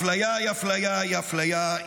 אפליה היא אפליה היא אפליה,